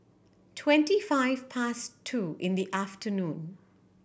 twenty five past two in the afternoon